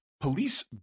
police